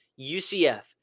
ucf